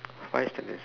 five sentence